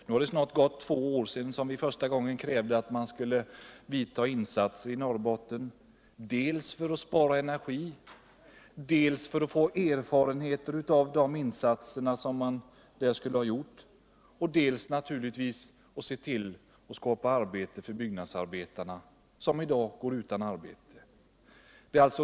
Nu är det snart två år sedan vi första gången krävde att man skulle vidta åtgärder i Norrbotten, dels för att spara energi, dels för att få erfarenheter av de insatser som där skulle göras och dels naturligtvis för att skapa arbete åt de byggnadsarbetare som i dag går utan arbete.